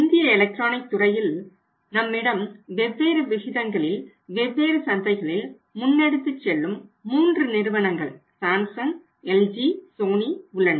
இந்திய எலக்ட்ரானிக் துறையில் நம்மிடம் வெவ்வேறு விகிதங்களில் வெவ்வேறு சந்தைகளில் முன்னெடுத்து செல்லும் மூன்று நிறுவனங்கள் சாம்சங் எல்ஜி சோனி உள்ளன